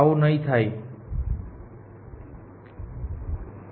તેથી હું લઈશ કે આ મુદ્દો સ્વીકારવામાં આવ્યો છે